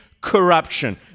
corruption